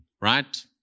right